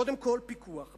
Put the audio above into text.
קודם כול, פיקוח.